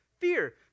fear